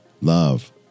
love